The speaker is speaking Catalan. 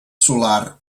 solar